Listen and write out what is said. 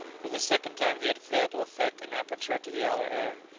for the second time he had failed to effect an aperture to the outer air!